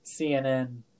cnn